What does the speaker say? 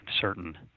certain